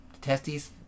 testes